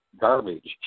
garbage